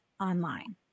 online